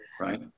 right